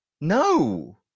no